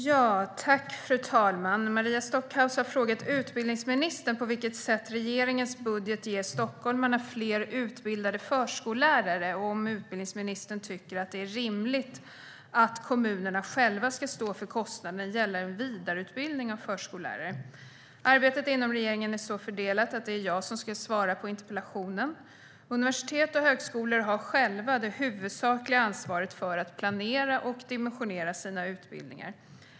Fru talman! Maria Stockhaus har frågat utbildningsministern på vilket sätt regeringens budget ger stockholmarna fler utbildade förskollärare och om utbildningsministern tycker att det är rimligt att kommunerna själva ska stå för kostnaderna gällande vidareutbildningen av förskollärare. Arbetet inom regeringen är så fördelat att det är jag som ska svara på interpellationen. Universitet och högskolor har själva det huvudsakliga ansvaret för att planera och dimensionera sina utbildningar.